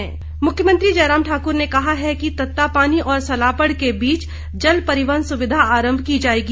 जयराम मुख्यमंत्री जयराम ठाकुर ने कहा है कि तत्तापानी और सलापड़ के बीच जल परिवहन सुविधा आरम्भ की जाएगी